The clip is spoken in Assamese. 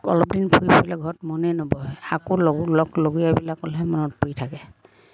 অলপ দিন ফুৰিবলৈ নগ'লে ঘৰত মনেই নবহে আকৌ লগো লগ লগৰীয়াবিলাকলৈহে মনত পৰি থাকে